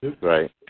Right